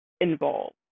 involved